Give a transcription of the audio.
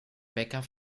bäcker